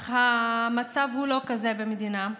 אך המצב הוא לא כזה במדינה.